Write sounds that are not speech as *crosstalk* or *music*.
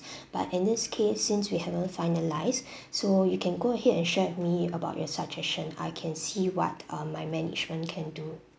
*breath* but in this case since we haven't finalise *breath* so you can go ahead and share with me about your suggestion I can see what um my management can do